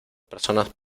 personas